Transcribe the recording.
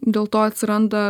dėl to atsiranda